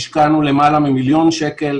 השקענו למעלה ממיליון שקל,